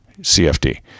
CFD